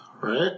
Right